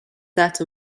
that